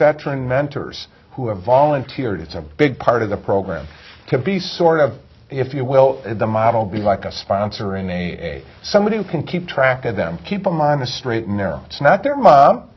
veteran mentors who have volunteered it's a big part of the program to be sort of if you will the model be like a sponsor in a somebody who can keep track of them keep them on the straight and narrow it's not their mom